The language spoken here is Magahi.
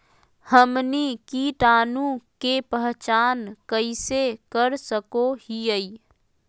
हमनी कीटाणु के पहचान कइसे कर सको हीयइ?